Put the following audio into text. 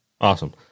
Awesome